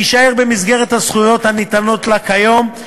תישאר במסגרת הזכויות הניתנות לה כיום,